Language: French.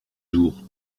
jours